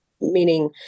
meaning